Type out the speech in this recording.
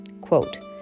Quote